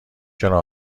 چرا